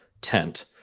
tent